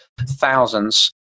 thousands